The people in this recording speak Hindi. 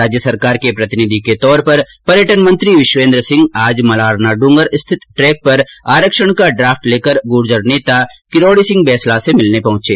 राज्य सरकार के प्रतिनिधि के तौर पर पर्यटन मंत्री विश्वेन्द्र सिंह आज मलारना डूंगर स्थित ट्रेक पर आरक्षण का ड्रापट लेकर गुर्जर नेता किरोडी सिंह बैंसला से मिलने पहचे